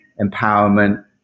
empowerment